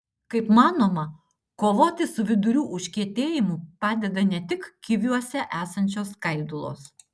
kaip manoma kovoti su vidurių užkietėjimu padeda ne tik kiviuose esančios skaidulos